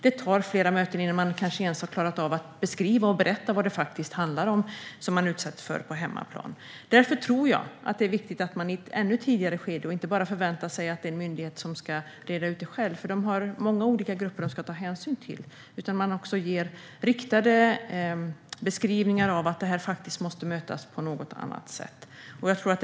Det kanske tar flera möten innan man ens har klarat av att beskriva och berätta vad det faktiskt handlar om och vad man utsätts för på hemmaplan. Därför tror jag att det är viktigt att man ger riktade beskrivningar av att detta måste mötas på något annat sätt i ett ännu tidigare skede och att man inte bara förväntar sig att det är något som en myndighet ska reda ut själv, för de har många olika grupper som de ska ha hänsyn till.